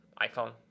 iPhone